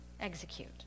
execute